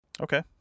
Okay